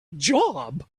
job